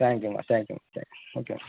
தேங்க்யூம்மா தேங்க்யூமா thanks okay